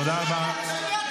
תודה רבה.